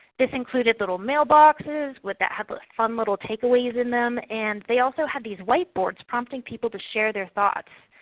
this included little mailboxes that had fun little take aways in them. and they also had these white boards prompting people to share their thoughts.